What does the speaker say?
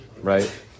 right